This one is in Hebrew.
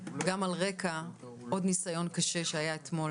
גם על רקע עוד ניסיון קשה שהיה אתמול,